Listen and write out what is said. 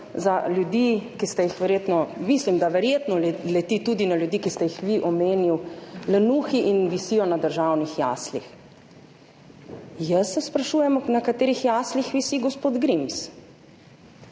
za ljudi, ki ste jih verjetno, mislim, da verjetno leti tudi na ljudi, ki ste jih vi omenil, lenuhi in visijo na državnih jaslih. Jaz se sprašujem na katerih jaslih visi gospod Grims